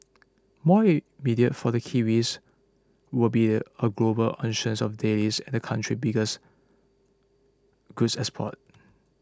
more immediate for the kiwis will be a global auction of dailies and the country's biggest goods export